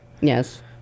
Yes